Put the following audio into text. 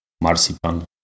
marzipan